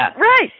Right